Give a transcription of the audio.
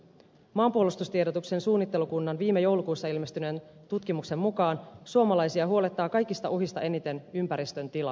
maanpuolustustiedotuksen suunnittelukunnan viime joulukuussa ilmestyneen tutkimuksen mukaan suomalaisia huolettaa kaikista uhista eniten ympäristön tila